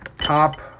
Top